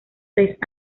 seis